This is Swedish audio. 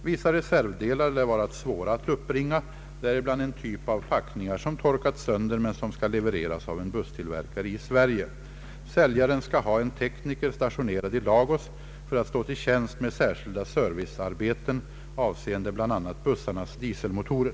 Vissa reservdelar lär vara svåra att uppbringa, däribland en typ av packningar som torkat sönder men som skall levereras av en busstillverkare i Sverige. Säljaren skall ha en tekniker stationerad i Lagos för att stå till tjänst med särskilda servicearbeten avseende bl.a. bussarnas dieselmotorer.